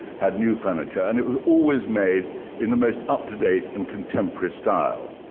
had new furniture. and it was always made in the most up to date and contemporary style.